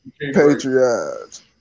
patriots